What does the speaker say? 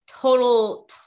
total